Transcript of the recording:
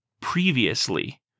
previously